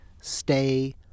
stay